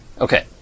Okay